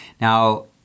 Now